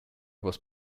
was